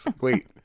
Wait